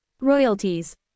Royalties